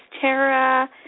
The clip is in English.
Tara